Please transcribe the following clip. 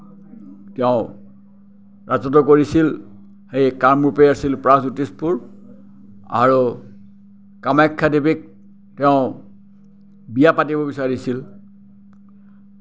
তেওঁ ৰাজত্ব কৰিছিল সেই কামৰূপেই আছিল প্ৰাগজ্যোতিষপুৰ আৰু কামাখ্যা দেৱীক তেওঁ বিয়া পাতিব বিচাৰিছিল